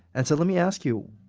and so, let me ask you,